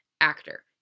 actor